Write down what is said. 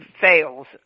fails